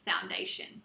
foundation